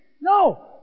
No